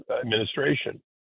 administration